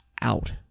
out